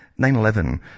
9-11